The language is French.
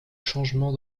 changements